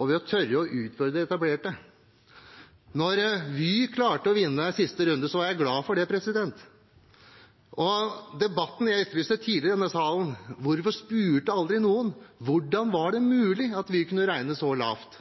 og ved å tørre å utfordre det etablerte. Da Vy klarte å vinne siste runde, var jeg glad for det. Jeg etterlyste tidligere i denne salen en debatt: Hvorfor spurte noen aldri hvordan det var mulig at vi kunne regne så lavt?